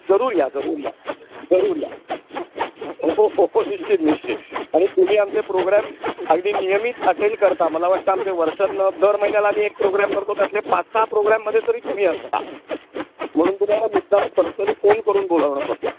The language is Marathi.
जरूर या जरूर या जरूर या हो हो निश्चित निश्चित आणि तुम्ही आमचे प्रोग्रॅम अगदी नियमित अटेंड करता मला वाटतं आमचे वर्षातून दर महिन्याला आम्ही एक प्रोग्रॅम करतो त्यातले पाच सहा प्रोग्रॅममध्ये तरी तुम्ही असता म्हणून तुम्हाला मुद्दाम पर्सनली फोन करून बोलावणं चालतं